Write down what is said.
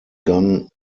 gone